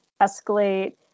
escalate